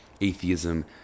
atheism